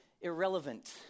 irrelevant